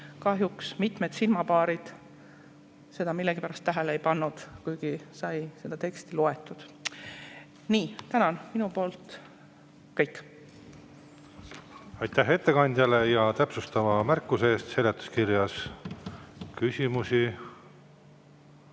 Kahjuks mitmed silmapaarid seda millegipärast tähele ei pannud, kuigi sai seda teksti loetud. Tänan! Minu poolt kõik. Aitäh ettekandjale, ka täpsustava märkuse eest seletuskirjas! Küsimusi